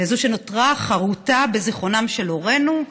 לזו שנותרה חרותה בזיכרונם של הורינו,